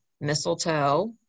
mistletoe